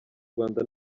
rwanda